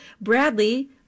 Bradley